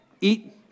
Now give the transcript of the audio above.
eat